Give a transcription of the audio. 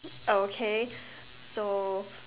okay so